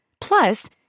Plus